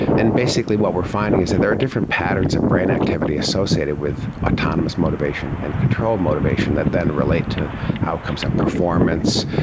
and basically what we're finding is that there are different patterns of brain activity associated with autonomous motivation and control motivation that then relate to how it comes up in performance,